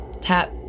tap